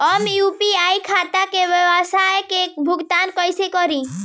हम यू.पी.आई खाता से व्यावसाय के भुगतान कइसे करि?